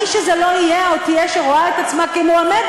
מי שזה לא יהיה או תהיה שרואה את עצמה כמועמדת,